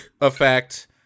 effect